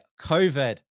COVID